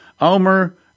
Omer